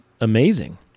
amazing